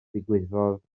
ddigwyddodd